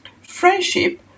Friendship